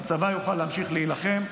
הצבא יוכל להמשיך להילחם,